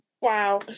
Wow